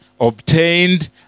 obtained